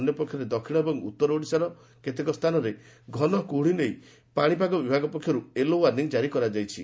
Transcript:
ଅନ୍ୟପକ୍ଷରେ ଦକ୍ଷିଣ ଏବଂ ଉଉର ଓଡ଼ିଶାର କେତେକ ସ୍ସାନରେ ଘନକୁହୁଡ଼ି ନେଇ ପାଶିପାଗ ବିଭାଗ ପକ୍ଷର୍ ୟେଲୋ ୱାର୍ଖିଂ ଜାରି କରାଯାଇଛି